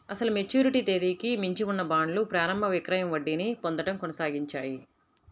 అసలు మెచ్యూరిటీ తేదీకి మించి ఉన్న బాండ్లు ప్రారంభ విక్రయం వడ్డీని పొందడం కొనసాగించాయి